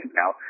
now